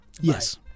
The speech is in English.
Yes